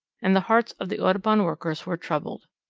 and the hearts of the audubon workers were troubled.